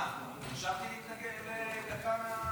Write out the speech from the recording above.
אפשר להתנגד מהצד?